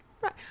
Right